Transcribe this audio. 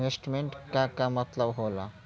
Investment क का मतलब हो ला?